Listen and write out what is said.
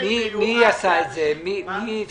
האוצר הפסיק.